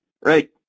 Right